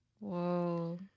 whoa